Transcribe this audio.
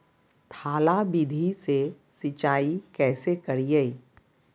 थाला विधि से सिंचाई कैसे करीये?